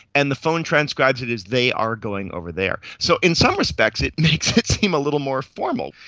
and the phone transcribes it as they are going over there. so in some respects it makes it seem a little more formal,